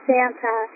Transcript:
Santa